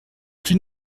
plus